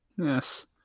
Yes